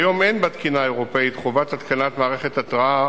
כיום אין בתקינה האירופית חובת התקנת מערכת התרעה